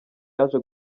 yaje